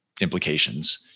implications